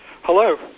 Hello